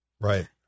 Right